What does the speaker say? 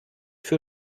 für